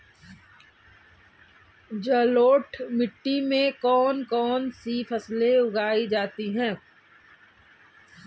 जलोढ़ मिट्टी में कौन कौन सी फसलें उगाई जाती हैं?